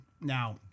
Now